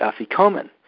Afikomen